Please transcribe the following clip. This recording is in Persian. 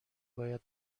باید